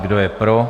Kdo je pro?